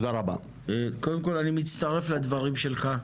אני מצטרף לדברים שלך,